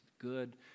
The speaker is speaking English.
good